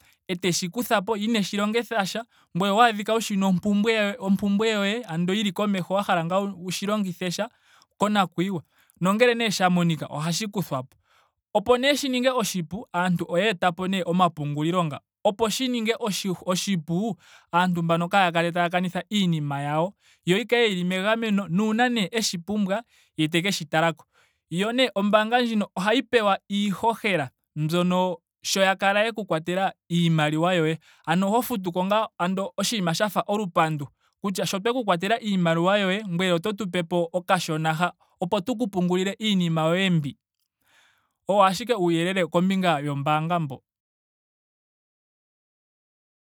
Eteshi kuthapo. ye ineshi longitha sha. ngweye owaadhika wuna shina ompumbwe ompumbwe yoye andola yili komeho andola wa hala ngaa wushi longithe sha konakuyiwa nongele nee sha monika. ohashi kuthwapo. opo nee shi ninge oshipu. aantu oyeetapo nee omapungulilo nga. Opo shi ninge oshi oshipu aatu mbano kaaya kale taya kanitha iinima yawo yo yi kale yili megameno. na uuna neeeshi pumbwa. ye teke shi talako. Yo nee ombaanga ndjino ohayi pewa iiihohela mbyono sho ya kala yeku kwatela iimaliwa yoye. Ano ho futuko ngaa ando oshinima sha fa olupandu kutya sho tweku kwatela iimaliwa yoye ngoye oto tu pepo okashona ha opo tu ku pungulile iinima yoye mbi. Owo ashike uuyelele kombinga yombaanga mbo